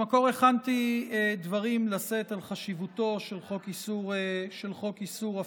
במקור הכנתי דברים לשאת על חשיבותו של חוק איסור הפליה,